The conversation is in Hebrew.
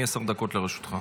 אדוני, עשר דקות לרשותך.